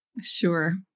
Sure